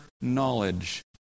knowledge